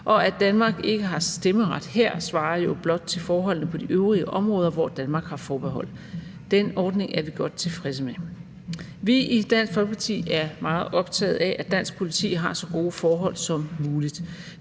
og at Danmark ikke har stemmeret her, svarer jo blot til forholdene på de øvrige områder, hvor Danmark har forbehold. Den ordning er vi godt tilfredse med. Vi i Dansk Folkeparti er meget optaget af, at dansk politi har så gode forhold som muligt.